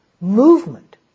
movement